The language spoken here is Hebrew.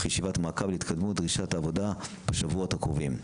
ישיבת מעקב להתקדמות דרישות העבודה בשבועות הקרובים.